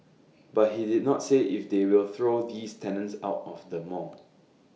but he did not say if they will throw these tenants out of the mall